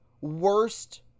worst